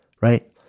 right